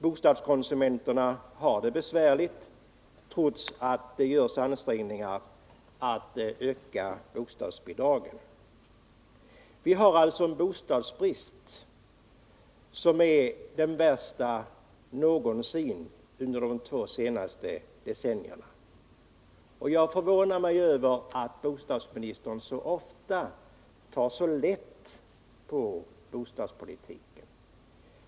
Bostadskonsumenterna har det besvärligt, trots att det görs ansträngningar att öka bostadsbidragen. Vi har alltså en bostadsbrist som är värre än någonsin under de två senaste decennierna. Jag förvånar mig över att bostadsministern så ofta tar så lätt på bostadspolitiken.